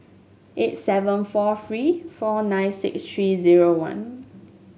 eight seven four three four nine six three zero one